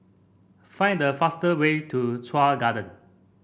find the fastest way to Chuan Garden